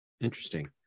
Interesting